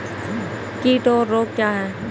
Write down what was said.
कीट और रोग क्या हैं?